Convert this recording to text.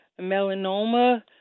melanoma